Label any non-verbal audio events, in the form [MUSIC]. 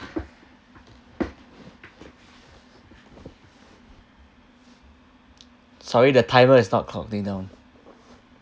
[NOISE] sorry the timer is not counting down